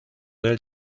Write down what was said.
del